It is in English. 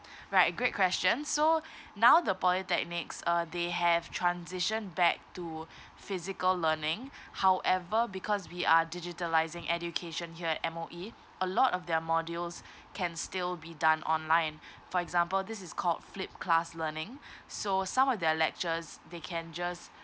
right great question so now the polytechnic uh they have transition back to physical learning however because we are digitalizing education here M_O_E a lot of their modules can still be done online for example this is called flip class learning so some of their lectures they can just